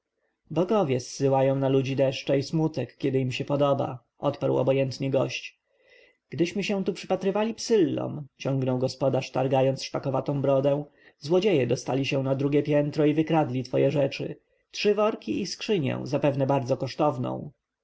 bogowie zsyłają na ludzi deszcz i smutek kiedy im się podoba odparł obojętnie gość gdyśmy się tu przypatrywali psyllom ciągnął gospodarz targając szpakowatą brodę złodzieje dostali się na drugie piętro i wykradli twoje rzeczy trzy worki i skrzynię zapewne bardzo kosztowną